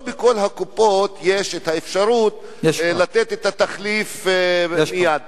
לא בכל הקופות יש אפשרות לתת את התחליף, יש כבר.